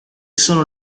sono